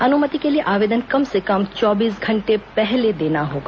अनुमति के लिए आवेदन कम से कम चौबीस घंटे पहले देना होगा